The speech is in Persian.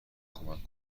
کمک